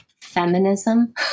feminism